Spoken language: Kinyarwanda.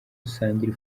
gusangira